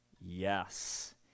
yes